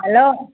hello